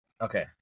okay